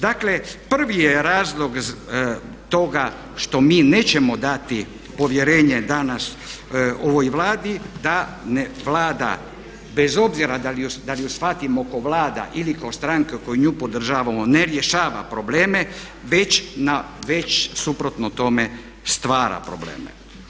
Dakle, prvi je razlog toga što mi nećemo dati povjerenje danas ovoj vladi da Vlada bez obzira da li ju shvatimo kao Vlada ili kao stranka koju nju podržava ne rješava probleme, već suprotno tome stvara probleme.